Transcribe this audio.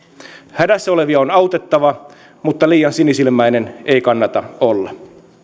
hädässä olevia on autettava mutta liian sinisilmäinen ei kannata olla